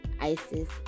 Isis